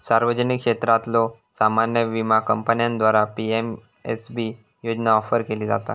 सार्वजनिक क्षेत्रातल्यो सामान्य विमा कंपन्यांद्वारा पी.एम.एस.बी योजना ऑफर केली जाता